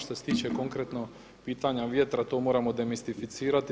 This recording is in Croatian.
Što se tiče konkretno pitanja vjetra to moramo demistificirati.